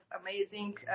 amazing